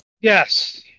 Yes